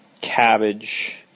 cabbage